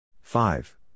Five